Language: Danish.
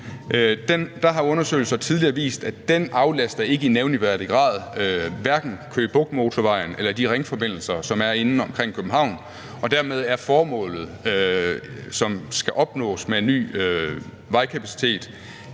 Der har undersøgelser tidligere vist, at den ikke i nævneværdig grad aflaster Køge Bugt Motorvejen eller de ringforbindelser, som er inde omkring København, og dermed er formålet, som skal opnås med en ny vejkapacitet,